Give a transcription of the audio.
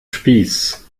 spieß